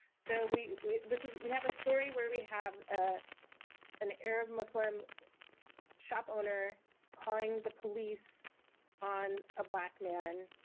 so we we this is we have a story where we have ah an arab muslim shop owner calling the police on a black man,